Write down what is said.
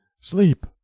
sleep